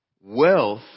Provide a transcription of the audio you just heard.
Wealth